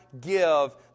give